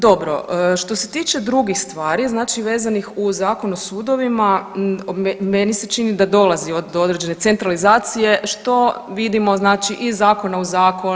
Dobro, što se tiče drugih stvari znači vezanih uz Zakon o sudovima meni se čini da dolazi do određene centralizacije, što vidimo znači iz zakona u zakon.